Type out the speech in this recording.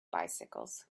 bicycles